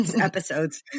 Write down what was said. episodes